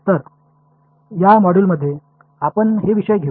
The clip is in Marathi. तर या मॉड्यूलमध्ये आपण हे विषय घेऊ